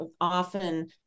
often